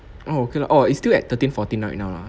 oh okay lah orh it's still at thirteen fourteen right now ah